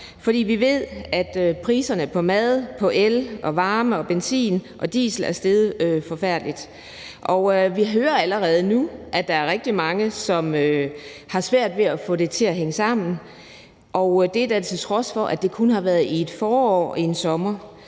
fordi vi ved, at priserne på mad, el, varme og benzin og diesel er steget forfærdeligt. Vi hører allerede nu, at der er rigtig mange, som har svært ved at få det til at hænge sammen, og det er til trods for, at det kun har stået på et forår og en sommer.